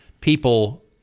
people